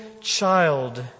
child